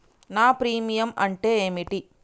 నా ప్రీమియం అంటే ఏమిటి?